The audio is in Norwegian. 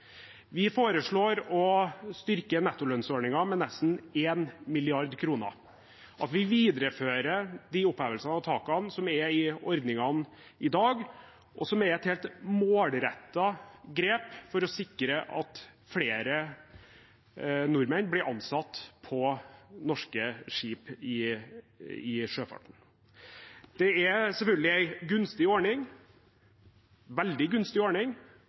Vi foreslår å styrke nettolønnsordningen med nesten 1 mrd. kr, at vi viderefører opphevelsen av takene som er i ordningene i dag, og som er et helt målrettet grep for å sikre at flere nordmenn blir ansatt på norske skip i sjøfarten. Det er selvfølgelig en gunstig ordning – en veldig gunstig ordning